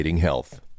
health